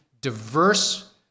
diverse